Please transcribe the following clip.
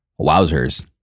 Wowzers